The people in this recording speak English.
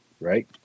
right